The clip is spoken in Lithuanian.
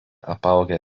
apaugę